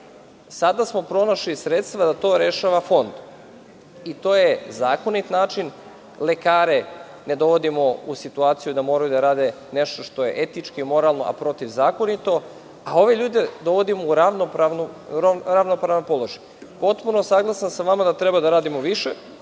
Sada smo pronašli sredstva da to rešava Fond. To je zakonit način. Lekare ne dovodimo u situaciju da moraju da rade nešto što je etički moralno, a protivzakonito, a ove ljude dovodimo u ravnopravan položaj. Potpuno sam saglasan sa vama da treba da radimo više,